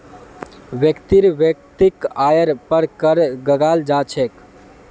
व्यक्तिर वैयक्तिक आइर पर कर लगाल जा छेक